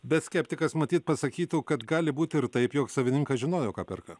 bet skeptikas matyt pasakytų kad gali būti ir taip jog savininkas žinojo ką perka